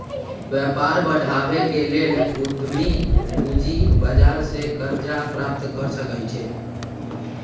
व्यापार बढ़ाबे के लेल उद्यमी पूजी बजार से करजा प्राप्त कर सकइ छै